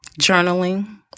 Journaling